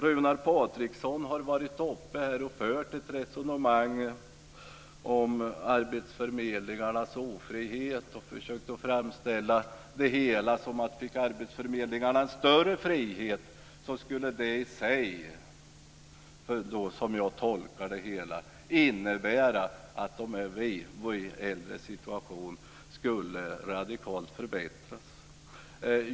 Runar Patriksson har här fört ett resonemang om arbetsförmedlingarnas ofrihet som jag tolkar så, att om arbetsförmedlingarna fick en större frihet, skulle de radikalt kunna förbättra de äldres situation.